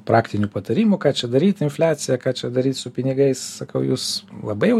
praktinių patarimų ką čia daryt infliacija ką čia daryt su pinigais sakau jūs labai jau